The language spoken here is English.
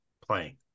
playing